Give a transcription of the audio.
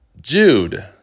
Jude